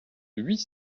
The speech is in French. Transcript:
huit